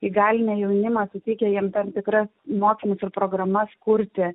įgalina jaunimą suteikia jam tam tikrą mokymus ir programas kurti